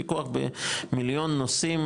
וויכוח במיליון נושאים,